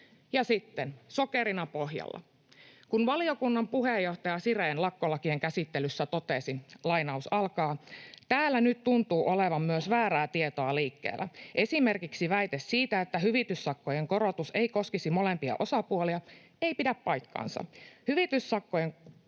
sitten, sokerina pohjalla: Valiokunnan puheenjohtaja Sirén lakkolakien käsittelyssä totesi: ”Täällä nyt tuntuu olevan myös väärää tietoa liikkeellä. Esimerkiksi väite siitä, että hyvityssakkojen korotus ei koskisi molempia osapuolia, ei pidä paikkaansa. Hyvityssakkojen korotus